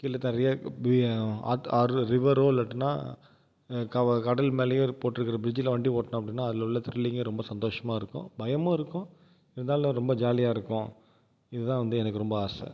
கீழே ஆறு ரிவரோ இல்லாட்டினா கடல் மேலேயோ போட்டுருக்குற பிரிட்ஜில் வண்டி ஓட்டினோம் அப்படின்னா அதில் உள்ள த்ரில்லிங்கே ரொம்ப சந்தோஷமாக இருக்கும் பயமும் இருக்கும் இருந்தாலும் ரொம்ப ஜாலியாக இருக்கும் இதுதான் வந்து எனக்கு ரொம்ப ஆசை